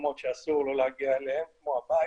למקומות שאסור לו להגיע אליהם, כמו הבית,